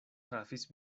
trafis